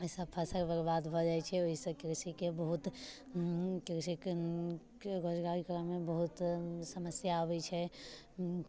एहिसँ फसल बर्बाद भऽ जाइत छै ओहिसे कृषिके बहुत कृषिके बहुत समस्या अबैत छै